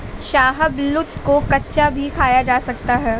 शाहबलूत को कच्चा भी खाया जा सकता है